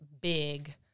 big